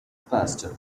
pastor